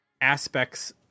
aspects